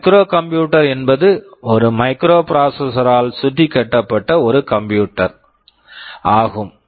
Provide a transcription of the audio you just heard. microcomputer micro computer என்பது ஒரு microprocessors microprocessor ஆல் சுற்றிக் கட்டப்பட்ட ஒரு கம்ப்யூட்டர் computer ஆகும்